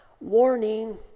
Warning